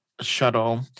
shuttle